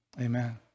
Amen